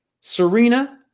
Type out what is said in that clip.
Serena